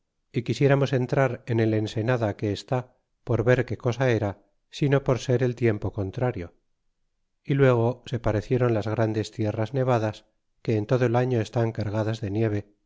y quisieramos entrar en el ensenada que está por ver qué cosa era sino por ser el tiempo contrario é luego se parecieron las grandes sierras nevadas que en todo el año estan cargadas de nieve